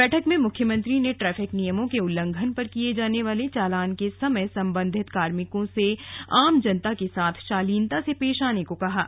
बैठक में मुख्यमंत्री ने ट्रैफिक नियमों के उल्लंघन पर किये जाने वाले चालान के समय संबंधित कार्मिकों से आम जनता के साथ शालीनता से पेश आने को कहा है